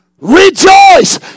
rejoice